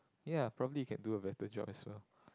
ya probably you can do a better job as well